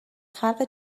خلق